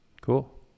cool